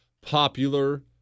popular